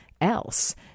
else